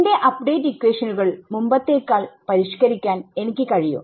എന്റെ അപ്ഡേറ്റ് ഇക്വേഷനുകൾ മുമ്പത്തെക്കാൾ പരിഷ്ക്കാരിക്കാൻ എനിക്ക് കഴിയും